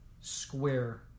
square